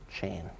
chain